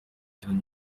imikino